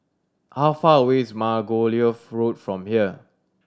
how far away is Margoliouth Road from here